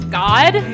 god